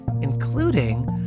including